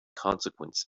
consequence